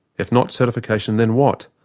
if not certification, then what?